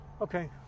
Okay